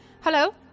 Hello